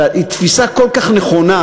היא תפיסה כל כך נכונה,